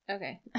okay